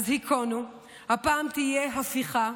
// אז היכונו, הפעם תהיה הפיכה,